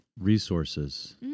Resources